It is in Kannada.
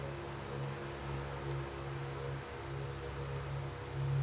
ರಾಬಿ ಮತ್ತ ಖಾರಿಫ್ ಋತುಗಳ ಮಧ್ಯಕ್ಕ ಬರೋ ಋತು ಯಾವುದ್ರೇ?